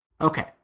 Okay